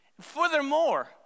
Furthermore